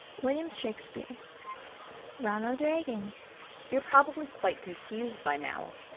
william shakespeare ronald reagan you're probably quite confused by now.